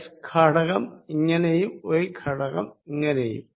x ഘടകം ഇങ്ങിനെയും y ഘടകം ഇങ്ങിനെയും